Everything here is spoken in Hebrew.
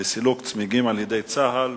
צרצור שאל את שר הביטחון ביום כ"ט בכסלו התש"ע (16 בדצמבר 2009):